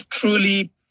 truly